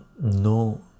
no